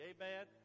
Amen